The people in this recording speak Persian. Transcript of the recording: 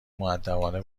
مودبانه